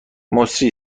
مسری